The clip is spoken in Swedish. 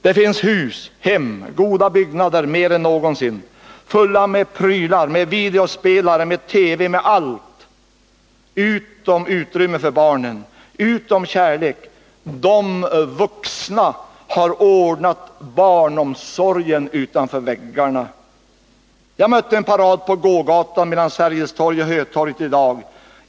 Det finns hus, hem, goda byggnader mer än någonsin, fulla med prylar, med videospelare, med TV, med allt — utom utrymme för barnen. Utom kärlek. ”Dom vuxna” har ordnat barnomsorgen utanför väggarna. Jag mötte en parad på gågatan mellan Sergels torg och Hötorget i dag.